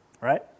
right